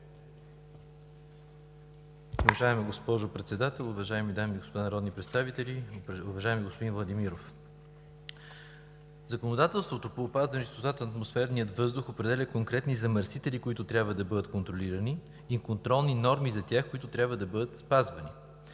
Уважаема госпожо Председател, уважаеми дами и господа народни представители! Уважаеми господин Владимиров, законодателството по опазване чистотата на атмосферния въздух определя конкретни замърсители, които трябва да бъдат контролирани, и контролни норми за тях, които трябва да бъдат спазвани.